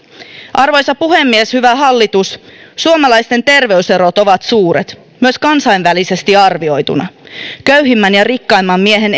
arvoisa puhemies hyvä hallitus suomalaisten terveyserot ovat suuret myös kansainvälisesti arvioituina köyhimmän ja rikkaimman miehen